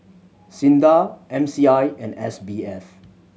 SINDA M C I and S B F